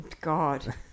God